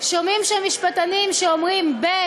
שומעים שם משפטנים שאומרים ב',